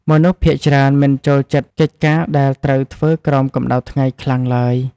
មនុស្សភាគច្រើនមិនចូលចិត្តកិច្ចការដែលត្រូវធ្វើក្រោមកម្តៅថ្ងៃក្តៅខ្លាំងឡើយ។